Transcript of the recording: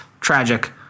tragic